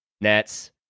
nets